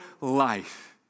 life